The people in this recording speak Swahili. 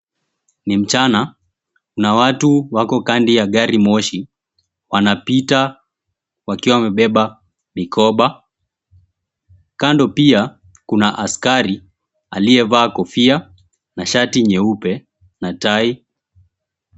Ni mchana na watu wako kandi ya gari moshi wanapita wakiwa wamebeba mikoba. Kando pia kuna askari aliyevaa kofia na shati nyeupe na tai.